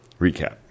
Recap